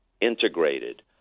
integrated